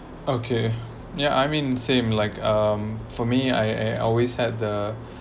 okay ya I mean same like um for me I I always had the